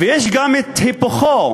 ויש גם את היפוכו.